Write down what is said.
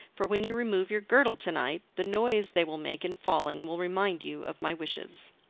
for when you remove your girdle to-night the noise they will make in falling will remind you of my wishes.